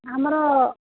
ଆମର